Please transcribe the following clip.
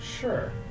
Sure